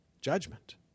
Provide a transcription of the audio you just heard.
judgment